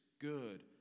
good